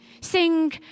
sing